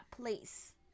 place